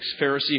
Pharisee